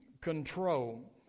control